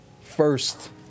first